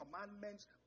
commandments